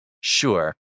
Sure